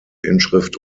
inschrift